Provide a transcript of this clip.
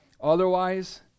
Otherwise